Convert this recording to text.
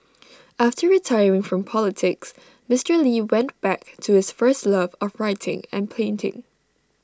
after retiring from politics Mister lee went back to his first love of writing and painting